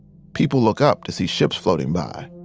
people look up to see ships floating by